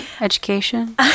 Education